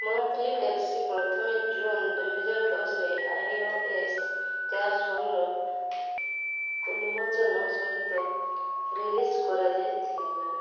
monthly taxi ପ୍ରଥମେ June ଦୁଇହଜାର ଦଶରେ ଆଇ ଓ ଏସ୍ ଚାରି ଶୂନର ଉନ୍ମୋଚନ ସହିତ ରିଲିଜ୍ କରାଯାଇଥିଲା